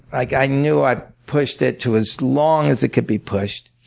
like i knew i'd pushed it to as long as it could be pushed.